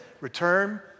Return